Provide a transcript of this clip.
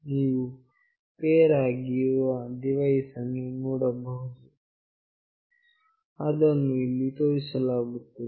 ನೀವು ಪೇರ್ ಆಗಿರುವ ಡಿವೈಸ್ ಅನ್ನು ನೋಡಬಹುದು ಅದನ್ನು ಇಲ್ಲಿ ತೋರಿಸಲಾಗುತ್ತಿದೆ